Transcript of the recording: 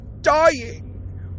dying